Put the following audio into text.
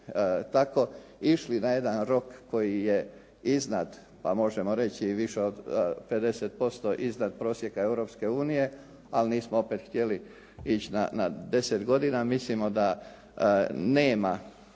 tako išli na jedan rok koji je iznad pa možemo reći i više od 50% iznad prosjeka Europske unije ali nismo opet htjeli ići na deset godina. Mislimo da nema